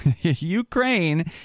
Ukraine